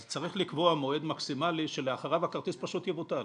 אז צריך לקבוע מועד מקסימלי שלאחריו הכרטיס פשוט יבוטל,